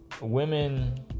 Women